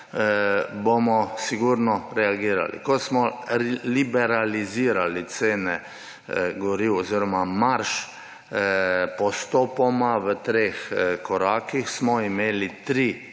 bomo sigurno reagirali. Ko smo liberalizirali cene goriv oziroma marž postopoma v treh korakih, smo imeli tri